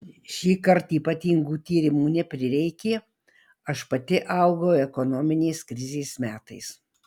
šįkart ypatingų tyrimų neprireikė aš pati augau ekonominės krizės metais